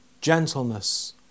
gentleness